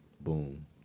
boom